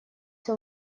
все